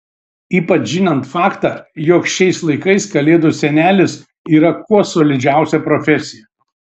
ypač žinant faktą jog šiais laikais kalėdų senelis yra kuo solidžiausia profesija